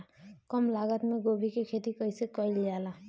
कम लागत मे गोभी की खेती कइसे कइल जाला?